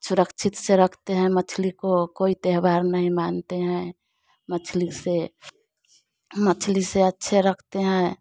सुरक्षित से रखते हैं मछली को कोई त्यौहार नहीं मानते हैं मछली से मछली से अच्छे रखते हैं